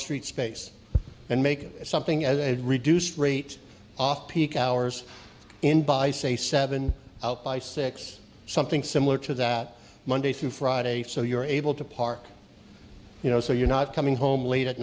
street space and make something at a reduced rate off peak hours in by say seven out by six something similar to that monday through friday so you're able to park you know so you're not coming home late at